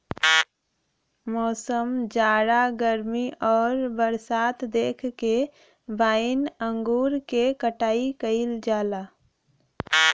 मौसम, जाड़ा गर्मी आउर बरसात देख के वाइन अंगूर क कटाई कइल जाला